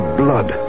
blood